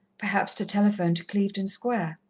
perhaps to telephone to clevedon square.